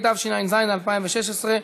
התשע"ז 2016,